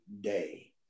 day